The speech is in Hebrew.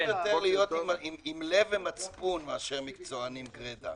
יכולים להיות עם לב ומצפון מאשר מקצוענים גרידא.